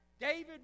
David